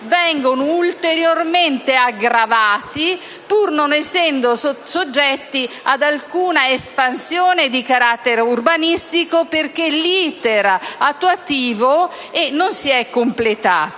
vengono ulteriormente aggravati, pur non essendo soggetti ad alcuna espansione di carattere urbanistico, perché l'*iter* attuativo non si è completato.